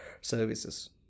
services